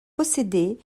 possédé